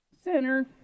center